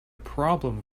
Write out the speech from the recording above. problem